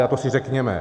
A to si řekněme.